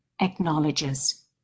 acknowledges